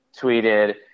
tweeted